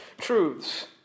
truths